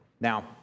Now